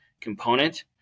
component